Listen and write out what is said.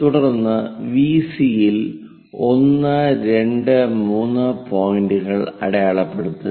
തുടർന്ന് വിസി യിൽ 1 2 3 പോയിന്റുകൾ അടയാളപ്പെടുത്തുക